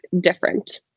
different